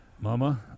Mama